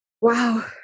Wow